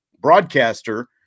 broadcaster